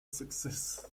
success